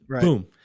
Boom